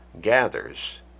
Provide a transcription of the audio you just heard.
gathers